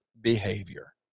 behavior